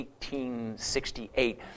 1868